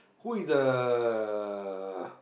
who is the